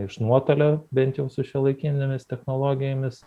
iš nuotolio bent jau su šiuolaikinėmis technologijomis